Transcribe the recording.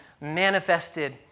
manifested